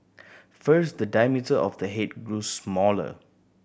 first the diameter of the head grew smaller